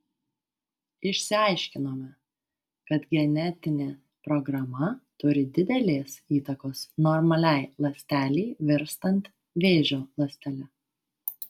išsiaiškinome kad genetinė programa turi didelės įtakos normaliai ląstelei virstant vėžio ląstele